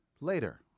later